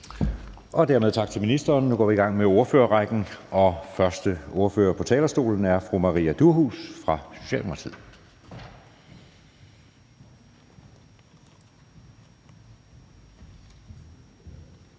siger jeg tak til ministeren. Nu går vi i gang med ordførerrækken, og første ordfører på talerstolen er fru Maria Durhuus fra Socialdemokratiet. Kl.